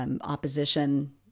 opposition